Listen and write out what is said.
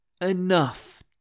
Enough